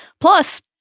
Plus